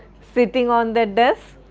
sitting on their desks